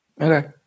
Okay